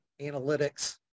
analytics